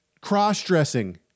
cross-dressing